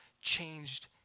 changed